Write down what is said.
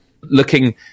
looking